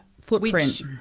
footprint